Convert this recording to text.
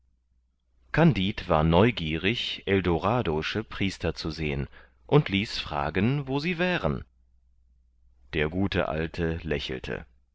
kandid war neugierig eldorado'sche priester zu sehen und ließ fragen wo sie wären der gute alte lächelte